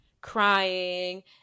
crying